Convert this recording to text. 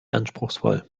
anspruchsvoll